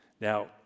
Now